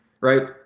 right